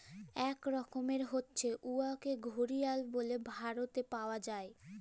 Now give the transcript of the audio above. ইক রকমের হছে উয়াকে ঘড়িয়াল ব্যলে ভারতেল্লে পাউয়া যায়